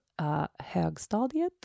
Högstadiet